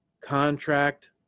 contract